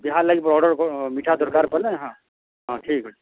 ବିହା ଲାଗି ଅର୍ଡ଼ର୍ ମିଠା ଦରକାର୍ ପଡ଼୍ଲେ ହଁ ହଁ ଠିକ୍ ଅଛେ